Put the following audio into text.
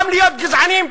גם להיות גזענים,